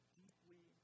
deeply